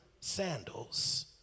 sandals